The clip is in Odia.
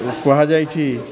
କୁହାଯାଇଛି